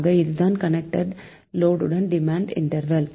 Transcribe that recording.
ஆக இதுதான் connected load ன் டிமாண்ட் இன்டெர்வல்